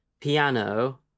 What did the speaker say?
piano